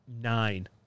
nine